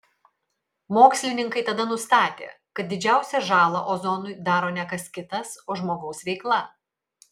mokslininkai tada nustatė kad didžiausią žalą ozonui daro ne kas kitas o žmogaus veikla